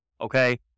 Okay